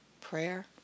prayer